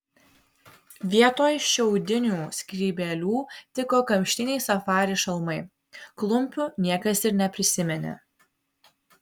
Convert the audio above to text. vietoj šiaudinių skrybėlių tiko kamštiniai safari šalmai klumpių niekas ir neprisiminė